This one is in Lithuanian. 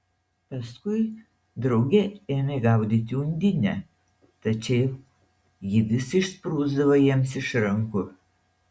paskui drauge ėmė gaudyti undinę tačiau ji vis išsprūsdavo jiems iš rankų